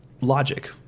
logic